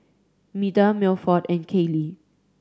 Meda Milford and Kallie